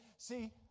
See